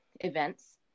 events